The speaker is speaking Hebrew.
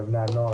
לבני הנוער,